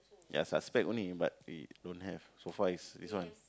ya suspect only but he don't have so far is this one